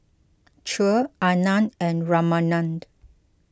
Choor Anand and Ramanand